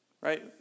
Right